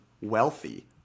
wealthy